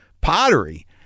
pottery